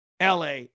LA